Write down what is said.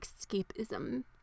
escapism